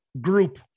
group